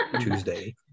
tuesday